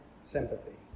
sympathy